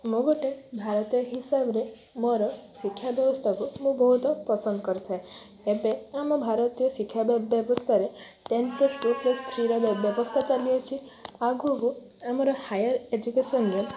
ମୋ ମତେ ଭାରତୀୟ ହିସାବରେ ମୋର ଶିକ୍ଷା ବ୍ୟବସ୍ଥାକୁ ମୁଁ ବହୁତ ପସନ୍ଦ କରିଥାଏ ଏବେ ଆମ ଭାରତୀୟ ଶିକ୍ଷା ବ୍ୟବସ୍ଥାରେ ଟେନଥ୍ ଟୁ ପ୍ଲସ୍ ଥ୍ରୀର ବ୍ୟବସ୍ଥା ଚାଲିଅଛି ଆଗକୁ ଆମର ହାୟର ଏଜୁକେସନରେ